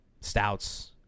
Stouts